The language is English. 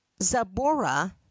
Zabora